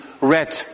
read